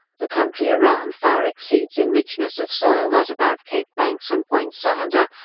the country around far exceeds in richness of soil that about cape banks and point solander,